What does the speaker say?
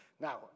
Now